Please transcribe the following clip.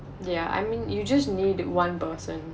yeah I mean you just need one person